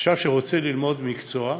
עכשיו שהוא רוצה ללמוד מקצוע,